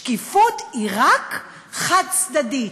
שקיפות היא רק חד-צדדית,